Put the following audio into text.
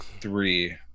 three